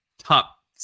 Top